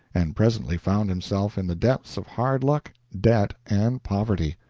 and presently found himself in the depths of hard luck, debt, and poverty.